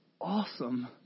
awesome